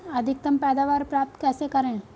अधिकतम पैदावार प्राप्त कैसे करें?